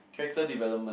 character development